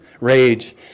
rage